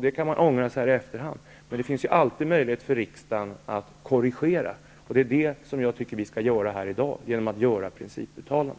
Det kan man ångra i efterhand, men det finns alltid möjlighet för riksdagen att korrigera, och det är det som jag tycker att vi skall göra här i dag genom ett principuttalande.